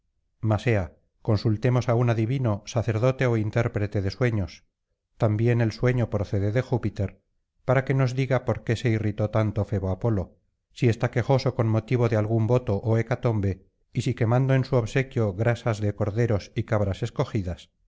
ea consultemos á un adivino sacerdote ó intérprete de sueños ülmbién el sueño procede de júpiter para que nos diga por qué se irritó tanto febo apolo si está quejoso con motivo de algún voto ó hecatombe y si quemando en su obsequio grasi de corderos y de cabras escogidas